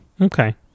Okay